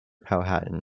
powhatan